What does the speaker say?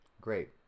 Great